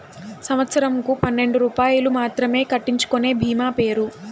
సంవత్సరంకు పన్నెండు రూపాయలు మాత్రమే కట్టించుకొనే భీమా పేరు?